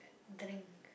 uh drink